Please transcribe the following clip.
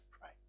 pray